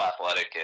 athletic